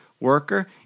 worker –